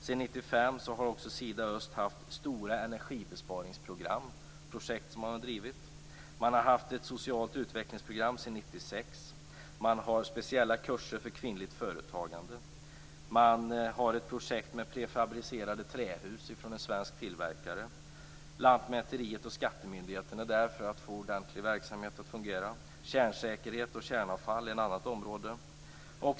Sedan 1995 har också Sida-öst drivit stora projekt för energibesparing. Man har haft ett socialt utvecklingsprogram sedan 1996. Man har speciella kurser för kvinnligt företagande. Man har ett projekt med prefabricerade trähus från en svensk tillverkare. Lantmäteriet och skattemyndigheten är där för att få ordentlig verksamhet att fungera. Kärnsäkerhet och kärnavfall är ett annat område.